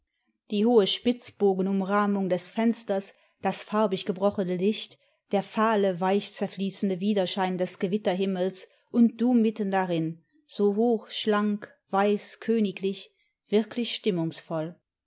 die hohe spitzbogenumrahmung des fensters das farbig gebrochene licht der fahle weich zerfließende widerschein des gewitterhimmels und du mitten darin so hoch schlank weiß königlich wirklich stimmungsvoll